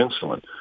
insulin